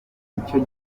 nicyo